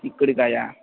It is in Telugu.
చిక్కుడుకాయా